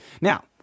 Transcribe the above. Now